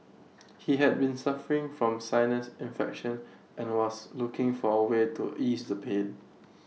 he had been suffering from sinus infection and was looking for A way to ease the pain